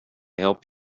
help